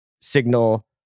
signal